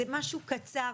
זה משהו קצר,